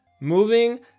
Moving